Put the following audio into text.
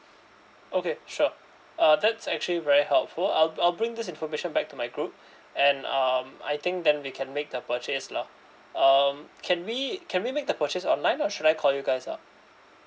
okay sure uh that's actually very helpful I'll b~ I'll bring this information back to my group and um I think then we can make the purchase lah um can we can we make the purchase online or should I call you guys up